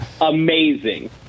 amazing